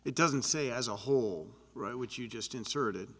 it doesn't say as a whole right which you just inserted